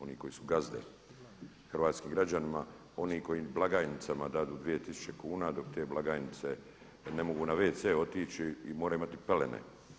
Oni koji su gazde hrvatskim građanima, oni koji blagajnicama daju 2 tisuće kuna dok te blagajnice ne mogu na wc otići i moraju imati pelene.